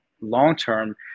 long-term